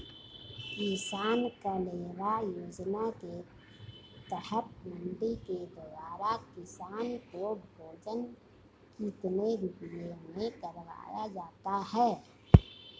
किसान कलेवा योजना के तहत मंडी के द्वारा किसान को भोजन कितने रुपए में करवाया जाता है?